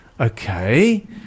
Okay